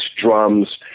drums